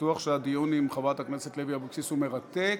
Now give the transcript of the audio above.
בטוח שהדיון עם חברת הכנסת לוי אבקסיס הוא מרתק,